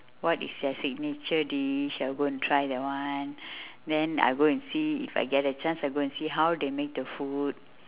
what is their signature dish I'll go and try that one then I'll go and see if I get the chance I'll go and see how they make the food